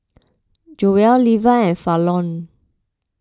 Joelle Leva and Fallon